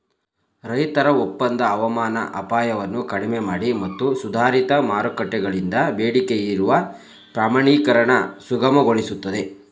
ರೈತರ ಒಪ್ಪಂದ ಹವಾಮಾನ ಅಪಾಯವನ್ನು ಕಡಿಮೆಮಾಡಿ ಮತ್ತು ಸುಧಾರಿತ ಮಾರುಕಟ್ಟೆಗಳಿಂದ ಬೇಡಿಕೆಯಿರುವ ಪ್ರಮಾಣೀಕರಣ ಸುಗಮಗೊಳಿಸ್ತದೆ